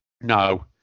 No